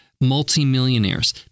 multimillionaires